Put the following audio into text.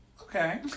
Okay